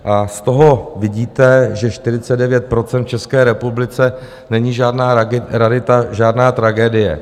Z toho vidíte, že 49 % v České republice není žádná rarita, žádná tragédie.